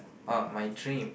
oh my dream